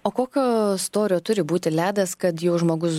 o kokio storio turi būti ledas kad jau žmogus